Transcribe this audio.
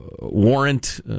warrant